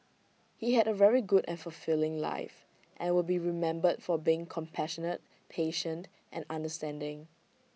he had A very good and fulfilling life and will be remembered for being compassionate patient and understanding